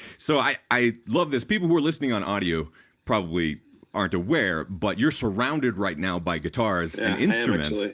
so, i i love this, people who are listening on audio probably aren't aware but you're surrounded right now by guitars and instruments.